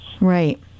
Right